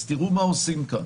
תראו מה עושים כאן,